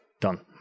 done